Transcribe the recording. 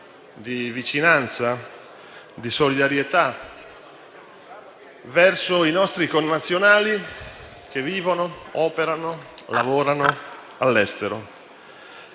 di vicinanza e di solidarietà verso i nostri connazionali che vivono, operano e lavorano all'estero.